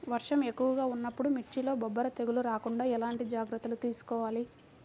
వర్షం ఎక్కువగా ఉన్నప్పుడు మిర్చిలో బొబ్బర తెగులు రాకుండా ఎలాంటి జాగ్రత్తలు తీసుకోవాలి?